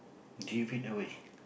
drift it away